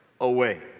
away